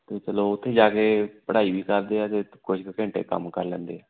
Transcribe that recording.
ਅਤੇ ਚੱਲੋ ਉੱਥੇ ਜਾ ਕੇ ਪੜ੍ਹਾਈ ਵੀ ਕਰਦੇ ਆ ਅਤੇ ਕੁਛ ਕੁ ਘੰਟੇ ਕੰਮ ਕਰ ਲੈਂਦੇ ਆ